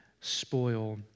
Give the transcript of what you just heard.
spoil